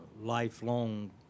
Lifelong